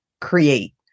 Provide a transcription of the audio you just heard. create